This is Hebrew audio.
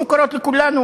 מוכרות לכולנו,